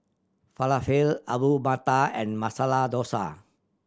Falafel Alu Matar and Masala Dosa